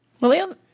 William